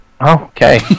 Okay